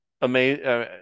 amazing